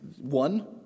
One